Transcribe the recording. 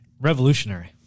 Revolutionary